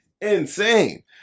Insane